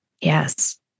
Yes